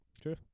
True